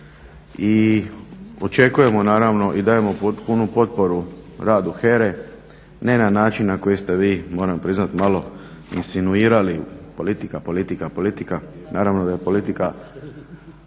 i očekujemo naravno i dajemo potpunu potporu radu HERA-e ne na način na koji ste vi moram priznati malo insinuirali politika, politika, politika. Naravno da je politika